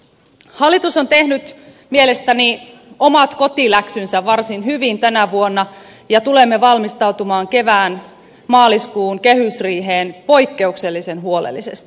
hallitus on tehnyt mielestäni omat kotiläksynsä varsin hyvin tänä vuonna ja tulemme valmistautumaan kevään maaliskuun kehysriiheen poikkeuksellisen huolellisesti